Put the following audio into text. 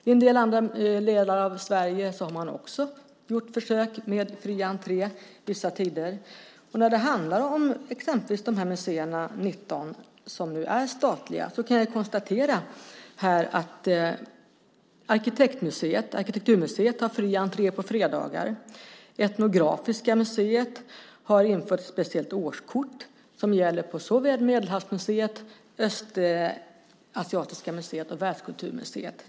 I en del andra delar av Sverige har man också gjort försök med fri entré vissa tider. Det handlar alltså om 19 statliga museer. Jag kan konstatera att Arkitekturmuseet har fri entré på fredagar. Etnografiska museet har infört ett speciellt årskort som gäller på såväl Medelhavsmuseet, Östasiatiska museet som Världskulturmuseet.